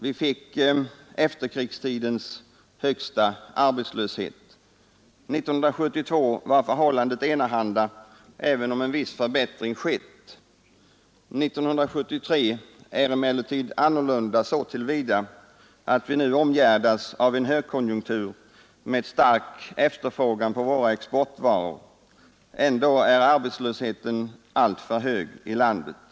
Vi fick efterkrigstidens högsta arbetslöshet. 1972 var förhållandet enahanda, även om en viss förbättring inträtt. 1973 är emellertid annorlunda så till vida att vi nu omgärdas av en högkonjunktur med stark efterfrågan på våra exportvaror. Ändå är arbetslösheten alltför hög i landet.